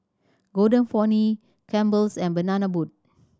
Golden Peony Campbell's and Banana Boat